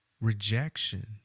Rejection